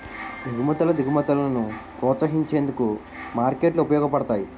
ఎగుమతులు దిగుమతులను ప్రోత్సహించేందుకు మార్కెట్లు ఉపయోగపడతాయి